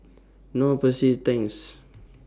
Knorr Persil Tangs